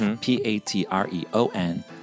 P-A-T-R-E-O-N